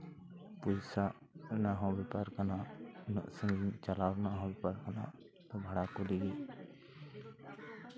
ᱯᱚᱭᱥᱟ ᱦᱚᱸ ᱵᱮᱯᱟᱨ ᱠᱟᱱᱟ ᱩᱱᱟᱹᱜ ᱥᱟᱺᱜᱤᱧ ᱪᱟᱞᱟᱜ ᱨᱮᱱᱟᱜ ᱦᱚᱸ ᱵᱮᱯᱟᱨ ᱠᱟᱱᱟ ᱵᱷᱟᱲᱟ ᱠᱚ ᱞᱟᱹᱜᱤᱫ